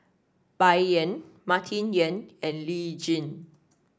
Bai Yan Martin Yan and Lee Tjin